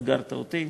אתגרת אותי.